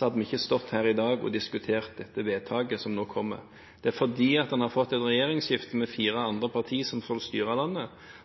hadde vi ikke stått her i dag og diskutert dette vedtaket som nå kommer. Det er fordi en har fått et regjeringsskifte med fire andre partier som skal styre landet,